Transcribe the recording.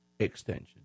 Extension